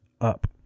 up